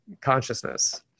consciousness